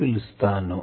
అని పిలుస్తాను